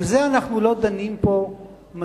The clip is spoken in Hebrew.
על זה אנחנו לא דנים פה מספיק.